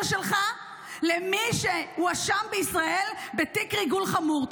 שלך למי שהואשם בישראל בתיק ריגול חמור.